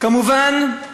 כמובן,